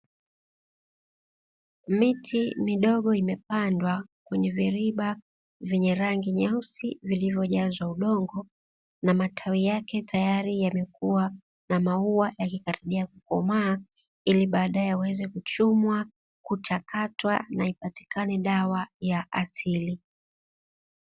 Miti midogo imepandwa kwenye viriba vyenye rangi nyeusi, vilivyojazwa udongo na matawi yake tayari yamekua na maua yakikaribia kukomaa ili baadae yaweza kuchumwa, kuchakatwa na ipatikane dawa ya asili.